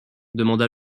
demanda